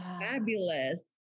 fabulous